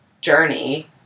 journey